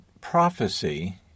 prophecy